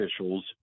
officials